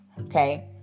okay